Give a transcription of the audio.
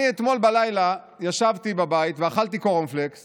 אתמול בלילה ישבתי בבית ואכלתי קורנפלקס